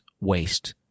waste